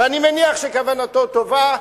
ואני מניח שכוונתו טובה,